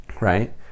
right